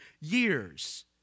years